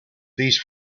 these